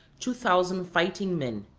two thousand fighting men.